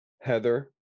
heather